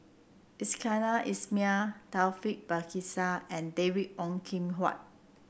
Iskandar Ismail Taufik Batisah and David Ong Kim Huat